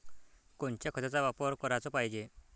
कोनच्या खताचा वापर कराच पायजे?